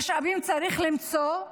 משאבים צריך למצוא.